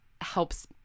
helps